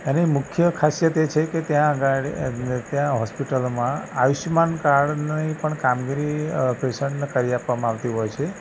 અને મુખ્ય ખાસિયત એ છે કે ત્યાં આગળ અ ત્યાં હૉસ્પિટલમાં આયુષ્યમાન કાર્ડની પણ કામગીરી અ પેશન્ટને કરી આપવામાં આવતી હોય છે